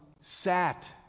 sat